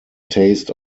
taste